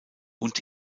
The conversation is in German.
und